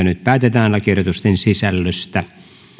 nyt päätetään lakiehdotusten sisällöstä